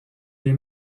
les